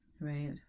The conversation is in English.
Right